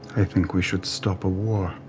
i think we should stop a war,